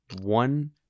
one